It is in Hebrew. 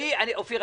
אופיר,